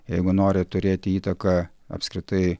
jeigu nori turėti įtaką apskritai